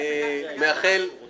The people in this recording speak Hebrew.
אני לא יודע אם אני עוזר לך או פוגע בך.